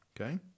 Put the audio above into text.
Okay